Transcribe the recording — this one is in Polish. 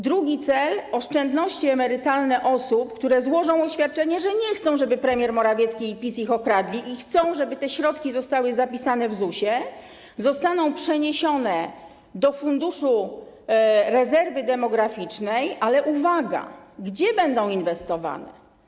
Drugi cel: oszczędności emerytalne osób, które złożą oświadczenie, że nie chcą, żeby premier Morawiecki i PiS ich okradli, i chcą, żeby te środki zostały zapisane w ZUS-ie, zostaną przeniesione do Funduszu Rezerwy Demograficznej, ale, uwaga, gdzie będą inwestowane?